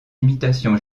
imitations